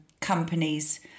companies